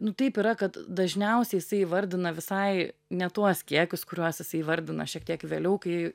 nu taip yra kad dažniausiai jisai įvardina visai ne tuos kiekius kuriuos jisai įvardina šiek tiek vėliau kai